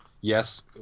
Yes